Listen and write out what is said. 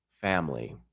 family